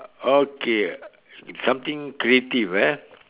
okay something creative eh